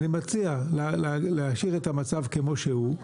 אני מציע להשאיר את המצב כמו שהוא,